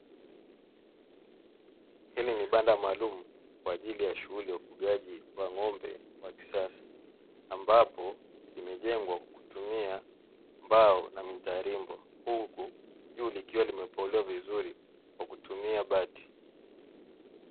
Hili ni banda maalumu kwa ajili ya shughuli ya ufugaji wa ng'ombe wa kisasa, ambapo limejengwa kutumia mbao na mitaarimbo, huku juu likiwa limepolewa vizuri kwa kutumia bati.